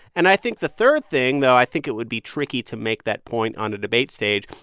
and i think the third thing, though i think it would be tricky to make that point on the debate stage,